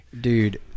Dude